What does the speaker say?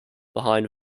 behind